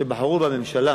שבחרו בממשלה